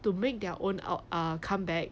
to make their own out ah come back